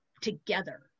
together